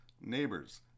neighbors